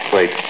Wait